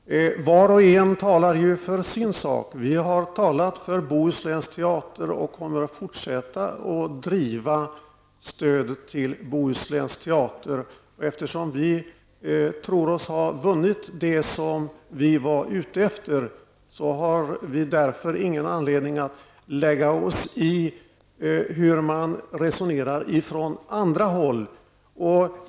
Herr talman! Var och en talar ju för sin sak. Vi har talat för länsteatern i Bohuslän och kommer att fortsätta att driva frågan om stödet till den. Och eftersom vi tror oss ha vunnit det som vi var ute efter, har vi ingen anledning att lägga oss i hur man resonerar från andra håll.